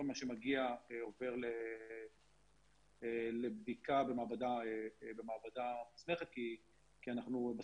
וכול מה שמגיע עובר לבדיקה במעבדה מוסמכת כי בסוף,